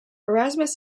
erasmus